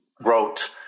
wrote